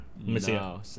No